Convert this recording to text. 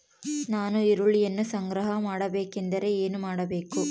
ನಾನು ಈರುಳ್ಳಿಯನ್ನು ಸಂಗ್ರಹ ಮಾಡಬೇಕೆಂದರೆ ಏನು ಮಾಡಬೇಕು?